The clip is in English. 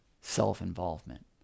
self-involvement